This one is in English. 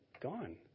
gone